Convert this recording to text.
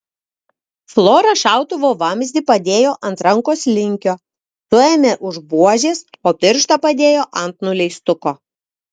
flora šautuvo vamzdį padėjo ant rankos linkio suėmė už buožės o pirštą padėjo ant nuleistuko